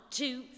two